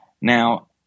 Now